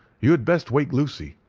you had best wake lucy.